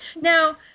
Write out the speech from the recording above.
Now